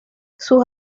sus